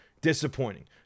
disappointing